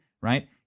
right